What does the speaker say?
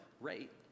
rate